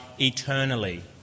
eternally